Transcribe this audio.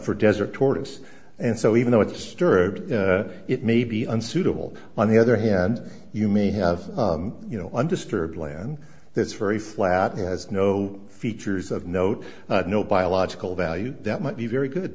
for desert tortoise and so even though it's disturbing it may be unsuitable on the other hand you may have you know undisturbed land that's very flat and has no features of note no biological value that might be very good